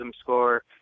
score